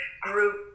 group